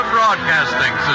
Broadcasting